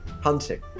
hunting